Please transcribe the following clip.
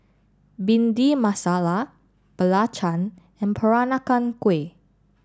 Bhindi Masala Belacan and Peranakan Kueh